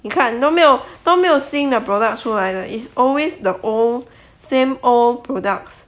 你看你都没有都没有新的 product 出来 is always the old same old products